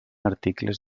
articles